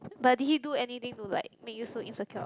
but did he do anything to like make you feel so insecure